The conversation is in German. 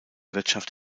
wirtschaft